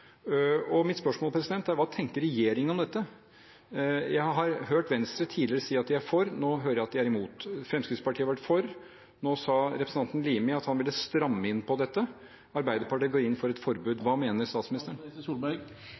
andre. Mitt spørsmål er: Hva tenker regjeringen om dette? Jeg har hørt Venstre tidligere si at de er for, nå hører jeg at de er imot. Fremskrittspartiet har vært for, nå sa representanten Limi at han ville stramme inn på dette. Arbeiderpartiet går inn for et forbud. Hva mener statsministeren? For det første er